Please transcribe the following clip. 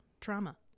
Trauma